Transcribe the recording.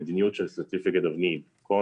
המדיניות של Certificate of need היא